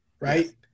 right